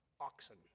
oxen